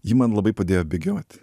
ji man labai padėjo bėgioti